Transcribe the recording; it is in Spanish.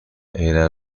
era